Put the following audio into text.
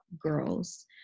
girls